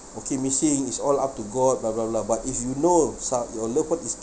okay missing is all up to god blah blah blah but if you know uh your loved one is